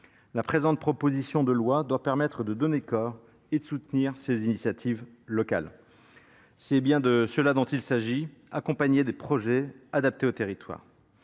la présente proposition de loi doit permettre de donner corps et de soutenir ces initiatives locales. C'est bien de cela, dont il s'agit accompagné des projets adaptés aux territoires